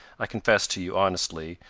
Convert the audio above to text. i confess to you honestly,